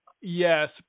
yes